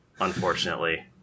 unfortunately